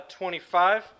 25